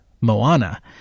Moana